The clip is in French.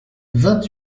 vingt